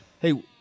Hey